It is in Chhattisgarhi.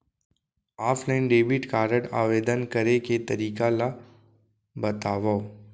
ऑफलाइन डेबिट कारड आवेदन करे के तरीका ल बतावव?